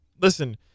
listen